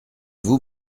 vous